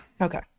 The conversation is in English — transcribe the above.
okay